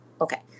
Okay